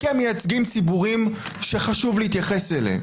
כי הם מייצגים ציבורים שחשוב להתייחס אליהם,